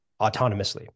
autonomously